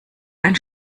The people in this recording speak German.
ein